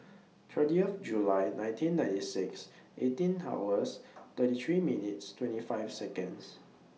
thirtieth July nineteen ninety six eighteen hours thirty three minutes twenty five Seconds